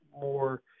more